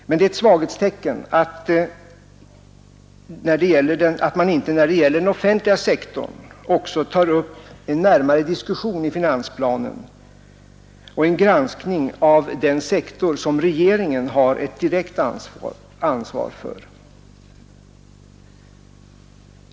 Men det är ett svaghetstecken att man inte när det gäller den offentliga sektorn också tar upp en närmare diskussion i finansplanen och en granskning av den sektor som regeringen har ett direkt ansvar för.